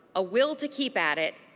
a will to keep at it,